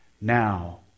now